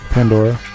Pandora